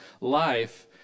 life